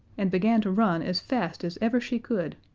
and began to run as fast as ever she could,